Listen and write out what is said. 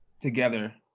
together